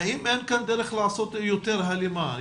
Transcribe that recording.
האם אין כאן דרך לעשות יותר הלימה?